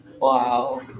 Wow